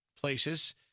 places